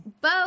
Bo